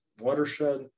watershed